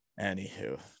anywho